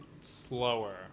slower